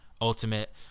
Ultimate